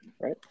right